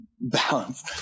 Balance